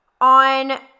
on